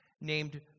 named